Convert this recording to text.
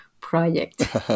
project